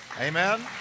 Amen